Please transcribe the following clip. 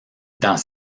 dans